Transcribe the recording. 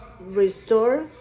restore